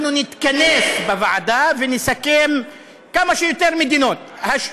אנחנו נתכנס בוועדה ונסכם כמה שיותר מדינות.